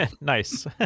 Nice